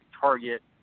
target